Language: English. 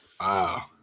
Wow